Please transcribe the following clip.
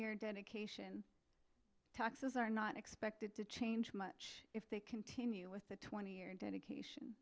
year dedication taxes are not expected to change much if they continue with the twenty year dedication